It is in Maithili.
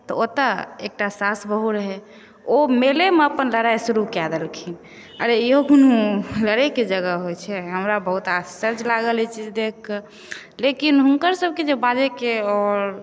तऽ ओतऽ एकटा सास बहु रहै ओ मेलेमे अपन लड़ाइ शुरू कए देलखिन अरे इहो लड़ैके जगह होइ छै हमरा बहुत आश्चर्य लागल ई चीज देखि कऽ लेकिन हुनकर सभकेँ बाजैके आओर